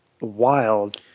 wild